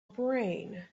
brain